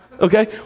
Okay